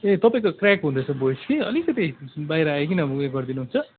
ए तपाईँको क्र्याक हुँदैछ भोइस कि अलिकति बाहिर आइकन उयो गरिदिनु हुन्छ